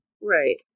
right